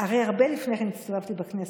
הרי הרבה לפני כן הסתובבתי בכנסת.